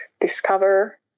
discover